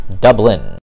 Dublin